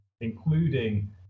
including